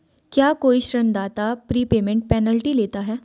क्या कोई ऋणदाता प्रीपेमेंट पेनल्टी लेता है?